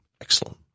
Excellent